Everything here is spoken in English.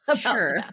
sure